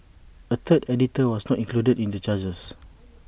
A third editor was not included in the charges